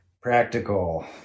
practical